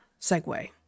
segue